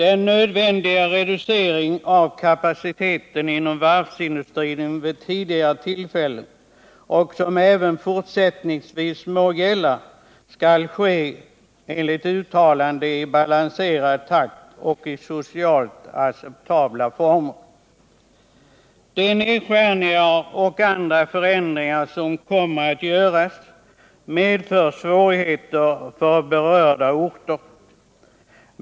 En nödvändig reducering av kapaciteten inom varvsindustrin har skett vid tidigare tillfällen, och den må gälla även fortsättningsvis. Den skall enligt uttalanden ske i balanserad takt och i socialt acceptabla former. De nedskärningar och andra förändringar som kommer att göras medför svårigheter för berörda orter.